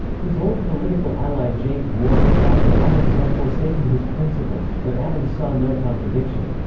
his old political ally james warren thought that adams had forsaken his principles, but adams saw no contradiction.